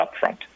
upfront